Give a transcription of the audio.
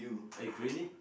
are you crazy